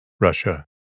Russia